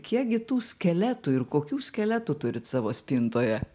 kiek gi tų skeletų ir kokių skeletų turit savo spintoje